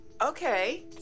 Okay